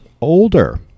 older